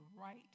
right